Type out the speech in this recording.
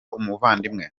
umuvandimwe